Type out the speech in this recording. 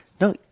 no